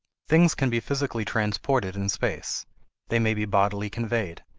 things can be physically transported in space they may be bodily conveyed.